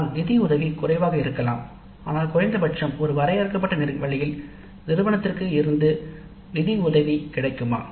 அதனால் நிதி உதவி குறைவாக இருக்கலாம் ஆனால் குறைந்தபட்சம் ஒரு வரையறுக்கப்பட்ட வழியில் "நிதி நிறுவனத்தில் இருந்து உதவி கிடைக்குமா